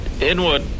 inward